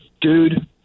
Dude